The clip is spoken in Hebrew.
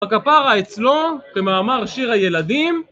בר קפרא אצלו, כמאמר שיר הילדים